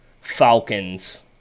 Falcons